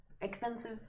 Expensive